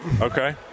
Okay